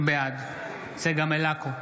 בעד צגה מלקו,